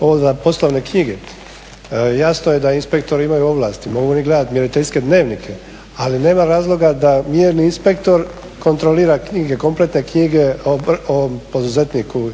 ovo za poslovne knjige, jasno da inspektor imaju ovlasti, mogu oni gledati mjeriteljske dnevnike ali nema razlika da mjerni inspektor kontrolira knjige, kompletne knjige o poduzetniku